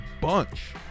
bunch